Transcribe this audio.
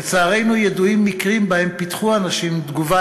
לצערנו, ידועים מקרים שבהם פיתחו אנשים תגובה